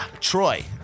Troy